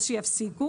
אז שיפסיקו.